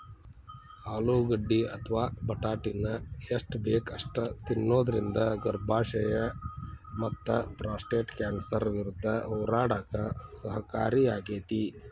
ಆಲೂಗಡ್ಡಿ ಅಥವಾ ಬಟಾಟಿನ ಎಷ್ಟ ಬೇಕ ಅಷ್ಟ ತಿನ್ನೋದರಿಂದ ಗರ್ಭಾಶಯ ಮತ್ತಪ್ರಾಸ್ಟೇಟ್ ಕ್ಯಾನ್ಸರ್ ವಿರುದ್ಧ ಹೋರಾಡಕ ಸಹಕಾರಿಯಾಗ್ಯಾತಿ